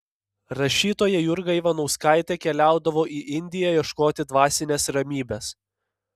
rašytoja jurga ivanauskaitė keliaudavo į indiją ieškoti dvasinės ramybės